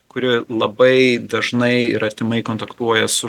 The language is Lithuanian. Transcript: kuri labai dažnai ir artimai kontaktuoja su